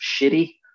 shitty